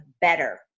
better